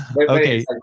Okay